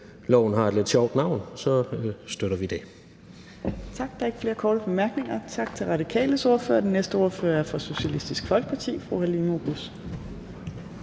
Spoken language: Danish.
har et lidt sjovt navn, støtter vi det.